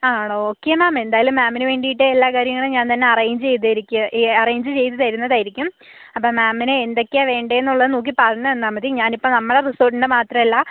ആണോ okay ma'am എന്തായാലും മാമിന് വേണ്ടീട്ട് എല്ലാ കാര്യങ്ങളും ഞാൻ തന്നെ അറേഞ്ച് ചെയ്ത് ഇരിക്ക ഈ അറേഞ്ച് ചെയ്ത് തരുന്നത് ആയിരിക്കും അപ്പോൾ മാമിന് എന്തൊക്കെയാണ് വേണ്ടേന്ന് ഉള്ള നോക്കി പറഞ്ഞ് തന്നാൽ മതി ഞാൻ ഇപ്പോൾ നമ്മുടെ റിസോർട്ടിൻ്റെ മാത്രം അല്ല